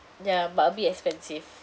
ya but a bit expensive